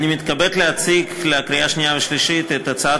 אני מתכבד להציג לקריאה שנייה ושלישית את הצעת